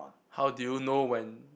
how do you know when